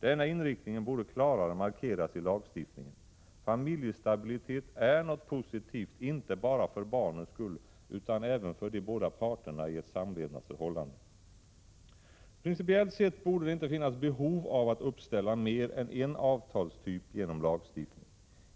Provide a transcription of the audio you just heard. Denna inriktning borde klarare markeras i lagstiftningen. Familjestabilitet är något positivt, inte bara för barnens skull utan även för de båda parterna i ett samlevnadsförhållande. Principiellt sett borde det inte finnas behov av att uppställa mer än en avtalstyp genom lagstiftning.